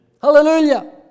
Hallelujah